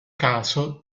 caso